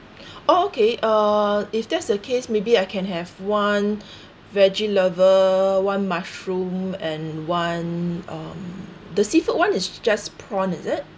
oh okay uh if that's the case maybe I can have one veggie lover one mushroom and one um the seafood one is just prawn is it